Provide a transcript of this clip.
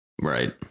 Right